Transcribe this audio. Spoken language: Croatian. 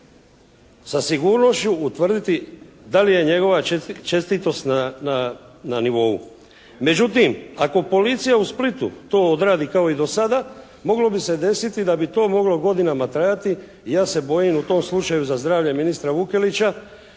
sa sigurnošću utvrditi da li je njegova čestitost na nivou. Međutim ako policija u Splitu to odradi kao i do sada moglo bi se desiti da bi to moglo godinama trajati i ja se bojim u tom slučaju za zdravlje ministra Vukelića